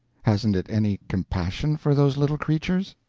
hasn't it any compassion for those little creature?